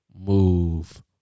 move